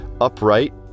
upright